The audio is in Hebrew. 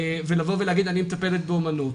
ולהגיד: אני מטפל באומנות.